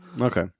Okay